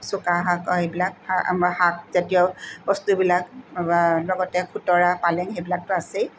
চুকাশাক এইবিলাক আমা শাকজাতীয় বস্তুবিলাক লগতে খুতৰা পালেং সেইবিলাকতো আছেই